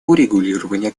урегулирования